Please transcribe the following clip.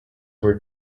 were